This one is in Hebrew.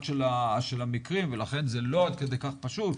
של המקרים ולכן זה לא עד כדי כך פשוט.